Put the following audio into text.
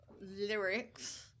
lyrics